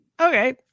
okay